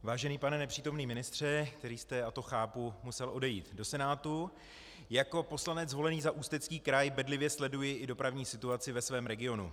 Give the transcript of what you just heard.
Vážený pane nepřítomný ministře, který jste, a já to chápu, musel odejít do Senátu, jako poslanec volený za Ústecký kraj bedlivě sleduji dopravní situaci ve svém regionu.